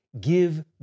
give